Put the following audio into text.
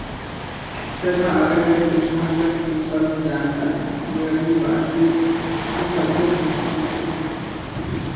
तथा अगर वह उस भाषा की कुछ शब्द जानता है तो वे अपनी बात को उन शब्दों के माध्यम से